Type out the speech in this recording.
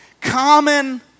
common